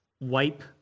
Wipe